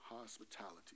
hospitality